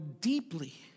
deeply